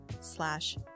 slash